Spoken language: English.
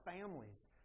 families